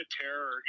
terror